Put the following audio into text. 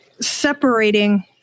separating